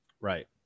Right